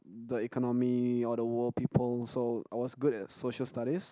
the economy or the world people so I was good at social studies